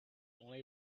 only